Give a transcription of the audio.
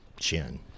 chin